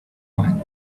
mine